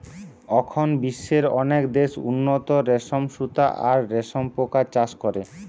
অখন বিশ্বের অনেক দেশ উন্নত রেশম সুতা আর রেশম পোকার চাষ করে